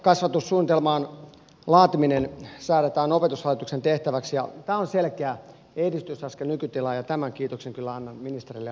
varhaiskasvatussuunnitelman laatiminen säädetään opetushallituksen tehtäväksi ja tämä on selkeä edistysaskel nykytilaan ja tämän kiitoksen kyllä annan ministerille ja hallitukselle